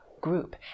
group